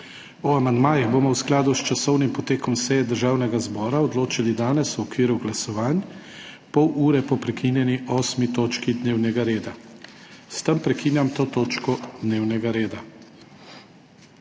O amandmajih bomo v skladu s časovnim potekom seje Državnega zbora odločali danes v okviru glasovanj, pol ure po prekinjeni 8. točki dnevnega reda. S tem prekinjam to točko dnevnega reda.